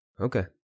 Okay